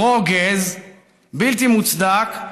ברוגז בלתי מוצדק,